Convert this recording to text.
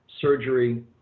surgery